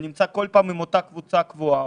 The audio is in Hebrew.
הוא נמצא כל פעם אם אותה קבוצה קבועה,